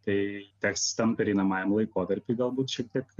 tai teks tam pereinamajam laikotarpiui galbūt šiek tiek